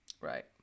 Right